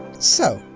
so,